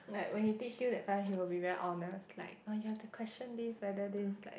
like when he teach you that time he will be very honest like oh you have to question this whether this is like